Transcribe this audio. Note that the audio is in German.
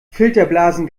filterblasen